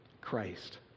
Christ